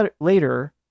later